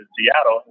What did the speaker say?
Seattle